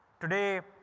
today,